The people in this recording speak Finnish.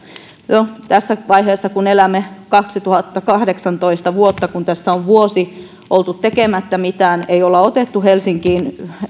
mennessä no tässä vaiheessa kun elämme vuotta kaksituhattakahdeksantoista kun tässä on vuosi oltu tekemättä mitään ei olla otettu